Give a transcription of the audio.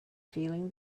feeling